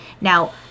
now